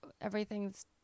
everything's